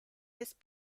this